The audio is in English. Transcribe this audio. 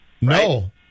No